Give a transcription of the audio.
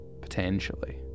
Potentially